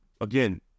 again